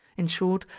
in short,